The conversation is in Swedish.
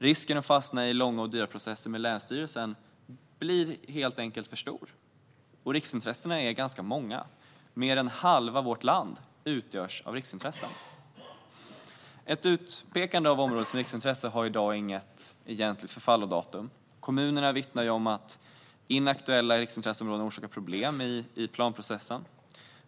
Risken att fastna i långa och dyra processer med länsstyrelserna blir helt enkelt för stor, och riksintressena är många - mer än halva vårt land utgörs av riksintressen. Ett utpekande av ett område som riksintresse har i dag inget egentligt förfallodatum. Kommunerna vittnar om att inaktuella riksintresseområden orsakar problem i planprocessen.